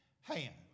hand